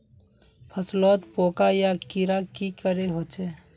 फसलोत पोका या कीड़ा की करे होचे?